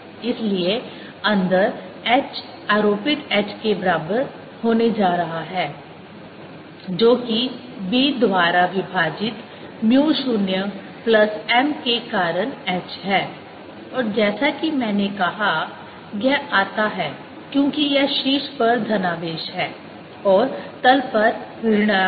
इसलिए अंदर H आरोपित H के बराबर होने जा रहा है जोकि B द्वारा विभाजित म्यू 0 प्लस m के कारण H है और जैसा कि मैंने कहा यह आता है क्योंकि यह शीर्ष पर धनावेश है और तल पर ऋणावेश